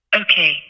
Okay